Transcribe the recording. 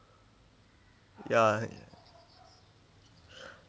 ya